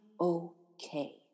okay